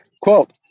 quote